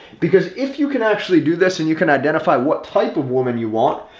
because if you can actually do this, and you can identify what type of woman you want,